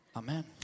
amen